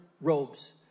robes